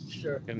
Sure